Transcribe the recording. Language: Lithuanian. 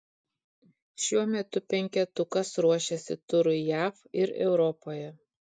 šiuo metu penketukas ruošiasi turui jav ir europoje